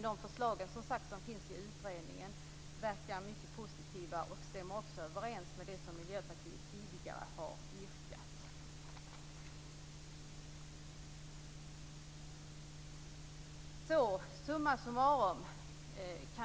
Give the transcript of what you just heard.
De förslag som finns i utredningen verkar positiva och stämmer överens med det Miljöpartiet har yrkat tidigare.